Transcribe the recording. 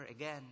again